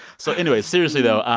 so anyway, seriously though,